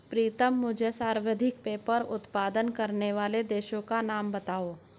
प्रीतम मुझे सर्वाधिक पेपर उत्पादन करने वाले देशों का नाम बताओ?